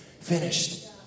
finished